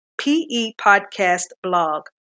pepodcastblog